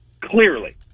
clearly